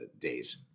days